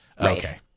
Okay